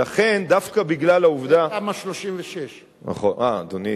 ולכן, דווקא בגלל העובדה, תמ"א 36. נכון, אדוני.